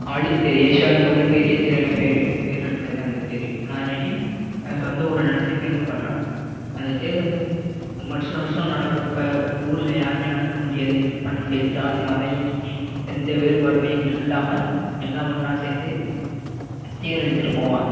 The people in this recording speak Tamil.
ஆழித்தேர் ஏசியாவின் முதல் பெரிய தேர் என பேர் பேர் எடுத்தது அந்த தேர் நான் இல்லாட்டி சொந்த ஊரை நெனச்சு பெருமைப்படறேன் அந்த தேர் வந்து வருஷம் வருஷம் நடக்கறப்ப ஊரில் யாருமே நடக்க முடியாது எதுவுமே பண்ண முடியாது ஜாதி மதம் இன்றி எந்த வேறுபாடுமே இல்லாமல் எல்லாம் ஒன்றா சேர்ந்து தேர் இழுத்துகிட்டு போவாங்க